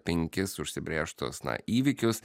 penkis užsibrėžtus na įvykius